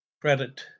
credit